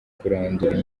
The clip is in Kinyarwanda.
kurandura